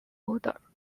order